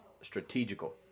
strategical